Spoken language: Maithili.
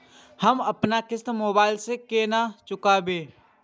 हम अपन किस्त मोबाइल से केना चूकेब?